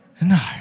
no